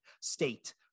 state